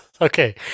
Okay